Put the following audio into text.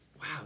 Wow